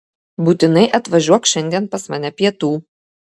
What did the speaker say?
būtinai atvažiuok šiandien pas mane pietų